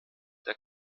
der